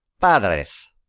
padres